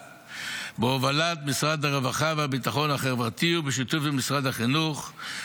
בהובלת משרד הרווחה והביטחון החברתי ובשיתוף עם משרד החינוך,